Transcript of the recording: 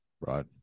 right